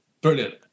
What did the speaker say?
Brilliant